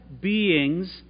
beings